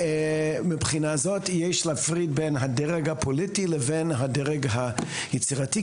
ומבחינה זאת יש להפריד בין הדרג הפוליטי לבין הדרג היצירתי,